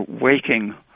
waking